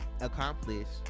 accomplished